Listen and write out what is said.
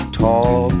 tall